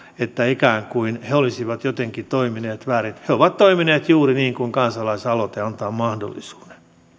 että ikään kuin he olisivat jotenkin toimineet väärin he ovat toimineet juuri niin kuin kansalaisaloite antaa mahdollisuuden